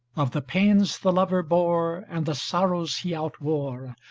of the pains the lover bore and the sorrows he outwore,